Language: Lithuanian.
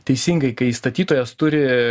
teisingai kai statytojas turi